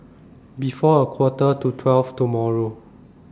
before A Quarter to twelve tomorrow